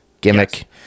gimmick